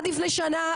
על לפני שנה,